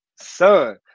Son